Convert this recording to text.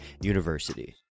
university